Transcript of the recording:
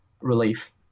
relief